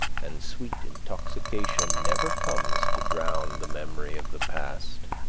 and sweet intoxication never comes to drown the memory of the past,